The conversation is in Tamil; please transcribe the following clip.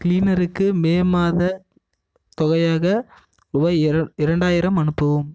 க்ளீனருக்கு மே மாதத் தொகையாக ரூபாய் இர இரண்டாயிரம் அனுப்பவும்